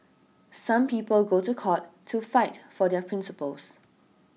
some people go to court to fight for their principles